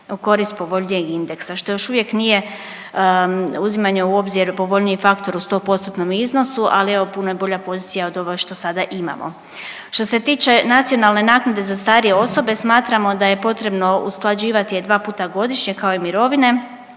u korist povoljnijeg indeksa što još uvijek nije uzimanje u obzir povoljniji faktor u sto postotnom iznosu, ali evo puno je bolja pozicija od toga što sada imamo. Što se tiče nacionalne naknade za starije osobe smatramo da je potrebno usklađivati je dva puta godišnje kao i mirovine,